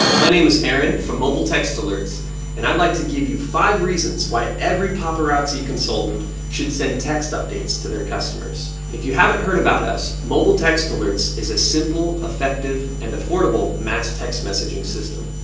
my name is aaron from mobile text alerts and i'd like to give you five reasons why every paparazzi consultant should send text updates to their customers. if you haven't heard about us mobile text alerts is a simple, effective and affordable mass text messaging system.